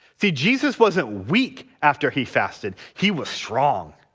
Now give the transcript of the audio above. see jesus wasn't weak after he fasted he was strong.